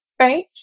Right